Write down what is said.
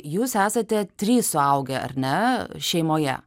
jūs esate trys suaugę ar ne šeimoje